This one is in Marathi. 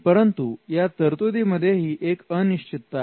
परंतु या तरतुदी मध्येही एक अनिश्चितता आहे